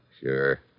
Sure